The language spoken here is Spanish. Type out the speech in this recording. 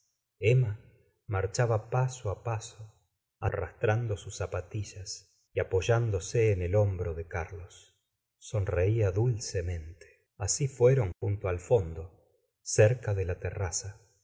emma marchaba paso á paso arras gustavo e'la ubert trando sus zapatillas y apoyándose en el hombro de carlos sonreía dulcemente así fueron junto al fondo cerca de la terraza